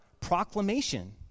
proclamation